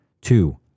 two